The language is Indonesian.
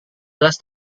belas